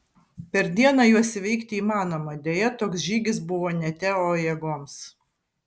per dieną juos įveikti įmanoma deja toks žygis buvo ne teo jėgoms